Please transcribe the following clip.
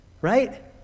Right